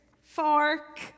fork